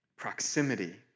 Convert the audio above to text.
Proximity